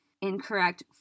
incorrect